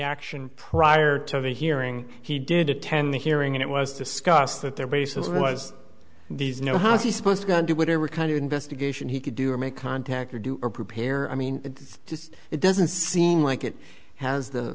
action prior to the hearing he did attend the hearing and it was discussed that their basis was these know how she's supposed to go and do whatever kind of investigation he could do or make contact or do or prepare i mean it's just it doesn't seem like it has the